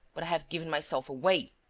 but i have given myself away.